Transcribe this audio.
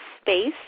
space